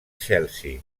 chelsea